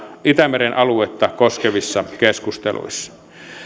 itämeren aluetta koskevissa keskusteluissa